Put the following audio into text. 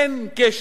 אין קשר.